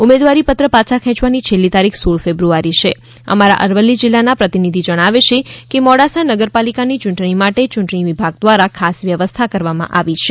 ઉમેદવારી પત્ર પાછા ખેંચવાની છેલ્લી તારીખ સોળ ફેબ્રુઆરી છે અમારા અરવલ્લી જિલ્લાના પ્રતિનિધિ જણાવે છે કે મોડાસા નગર પાલિકાની ચૂંટણી માટે યૂંટણી વિભાગ દ્વારા ખાસ વ્યવસ્થા કરવામાં આવી છે